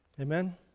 Amen